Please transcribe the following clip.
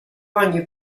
ogni